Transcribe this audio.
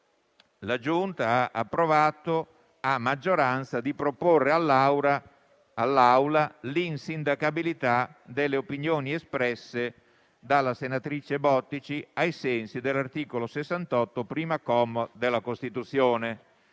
la Giunta ha approvato, a maggioranza, di proporre all'Aula l'insindacabilità delle opinioni espresse dalla senatrice Bottici ai sensi dell'articolo 68, primo comma, della Costituzione.